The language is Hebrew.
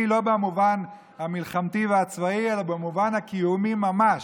לא במובן המלחמתי והצבאי אלא במובן הקיומי ממש,